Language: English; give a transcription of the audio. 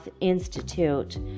Institute